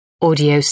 Audio